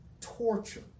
torture